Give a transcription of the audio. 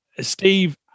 Steve